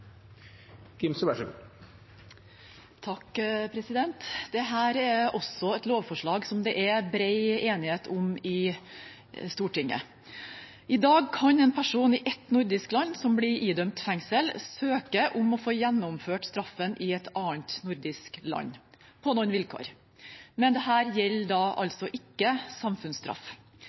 også et lovforslag det er bred enighet om i Stortinget. I dag kan en person i ett nordisk land som blir idømt fengsel, søke om å få gjennomført straffen i et annet nordisk land på noen vilkår. Dette gjelder altså ikke samfunnsstraff. Det har foregått et arbeid over mange år for å få utvidet samarbeidet til også å gjelde samfunnsstraff.